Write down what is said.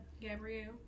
Gabrielle